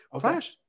Flash